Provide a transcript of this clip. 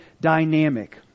dynamic